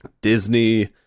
Disney